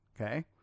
Okay